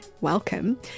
welcome